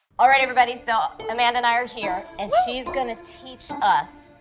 all right, everybody, so amanda and i are here and she's going to teach us,